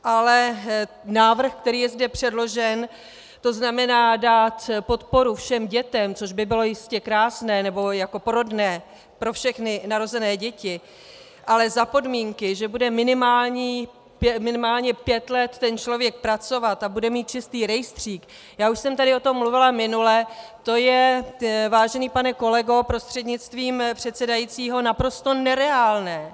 Ale návrh, který je zde předložen, tzn. dát podporu všem dětem, což by bylo jistě krásné, nebo jako porodné pro všechny narozené děti, ale za podmínky, že bude minimálně pět let ten člověk pracovat a bude mít čistý rejstřík, já už jsem tady o tom mluvila minule, to je, vážený pane kolego prostřednictvím předsedajícího, naprosto nereálné.